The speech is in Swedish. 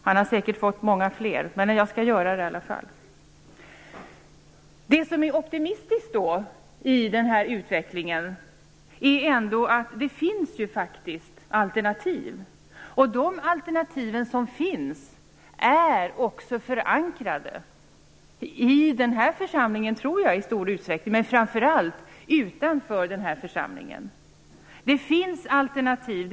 Han har säkert fått många fler, men jag skall göra det i alla fall. Det som ändå är optimistiskt i den här utvecklingen är att det faktiskt finns alternativ. De alternativ som finns är också förankrade, tror jag, i den här församlingen men framför allt utanför den här församlingen. Det finns alternativ.